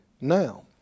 now